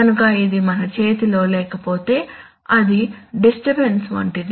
కనుక ఇది మన చేతిలో లేకపోతే అది డిస్టర్బన్స్ వంటిది